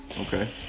Okay